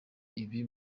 ibiri